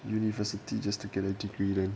university just to get a degree then